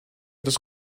this